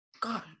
god